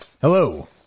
Hello